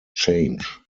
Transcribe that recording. change